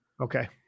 Okay